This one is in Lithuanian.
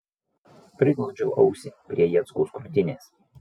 priglaudžiau ausį prie jackaus krūtinės